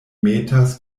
metas